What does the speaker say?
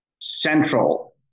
central